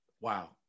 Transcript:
Wow